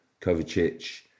Kovacic